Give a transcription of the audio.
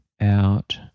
out